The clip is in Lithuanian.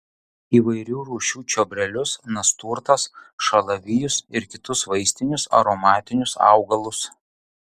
įvairių rūšių čiobrelius nasturtas šalavijus ir kitus vaistinius aromatinius augalus